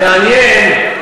מעניין,